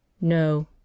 No